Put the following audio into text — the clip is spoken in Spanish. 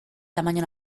tamaño